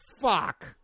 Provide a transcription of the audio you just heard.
Fuck